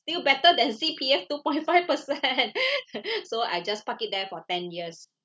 yield better than C_P_F two point five percent so I just park it there for ten years